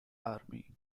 army